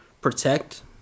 protect